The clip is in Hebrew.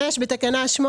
בתקנה 8,